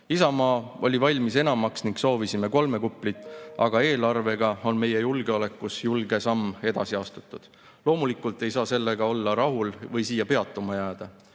Isamaa oli valmis enamaks ning soovisime kolme kuplit, aga eelarvega on meie julgeolekus julge samm edasi astutud. Loomulikult ei saa sellega rahul olla või siia peatuma jääda.